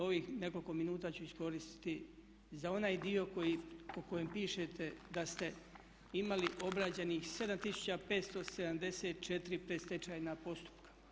Ovih nekoliko minuta ću iskoristiti za onaj dio o kojem pišete da ste imali obrađenih 7574 predstečajna postupka.